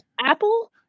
Apple